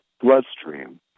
bloodstream